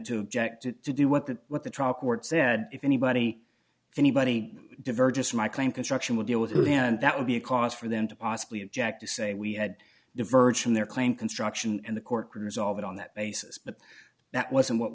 to object to to do what the what the trial court said if anybody if anybody divergence my claim construction would deal with the land that would be a cause for them to possibly object to say we had diverge from their claim construction and the court resolved on that basis but that wasn't what